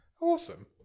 Awesome